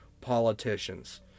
politicians